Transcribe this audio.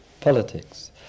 politics